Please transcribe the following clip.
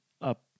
up